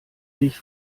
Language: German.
dich